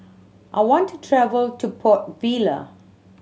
I want to travel to Port Vila